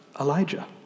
Elijah